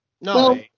No